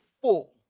full